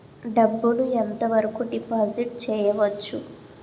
డబ్బు ను ఎంత వరకు డిపాజిట్ చేయవచ్చు?